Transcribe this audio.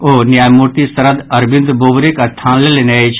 ओ न्यायमूर्ति शरद अरविंद बोबड़ेक स्थान लेलनि अछि